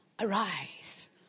Arise